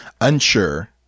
unsure